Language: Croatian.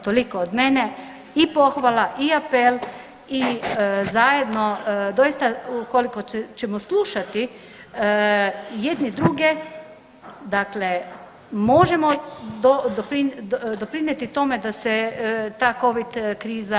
Toliko od mene, i pohvala i apel i zajedno doista ukoliko ćemo slušati jedni druge, dakle možemo doprinijeti tome da se ta Covid kriza prije završi.